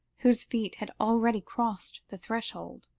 whose feet had already crossed the threshold.